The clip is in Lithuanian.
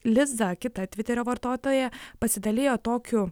liza kita tviterio vartotoja pasidalijo tokiu